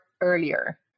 earlier